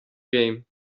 game